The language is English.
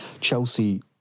Chelsea